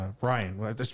Ryan